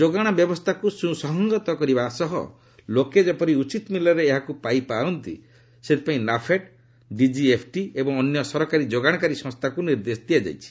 ଯୋଗାଣ ବ୍ୟବସ୍ଥାକୁ ସୁସଂହତ କରିବା ସହ ଲୋକେ ଯେପରି ଉଚିତ ମୂଲ୍ୟରେ ଏହାକୁ ପାଆନ୍ତୁ ସେଥିପାଇଁ ନାଫେଡ଼ ଡିଜିଏଫ୍ଟି ଏବଂ ଅନ୍ୟାନ୍ୟ ସରକାରୀ ଯୋଗାଣକାରୀ ସଂସ୍ଥାକୁ ନିର୍ଦ୍ଦେଶ ଦିଆଯାଇଛି